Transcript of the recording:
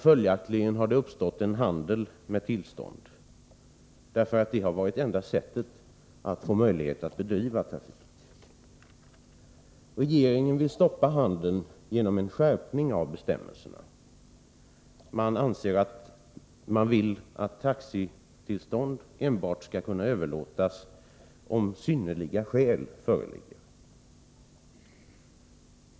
Följaktligen har det uppstått en handel med tillstånd, därför att det har varit det enda sättet att få möjlighet att bedriva trafik. Regeringen vill stoppa handeln med tillstånd genom en skärpning av bestämmelserna. Man vill att taxitillstånd enbart skall kunna överlåtas om synnerliga skäl föreligger.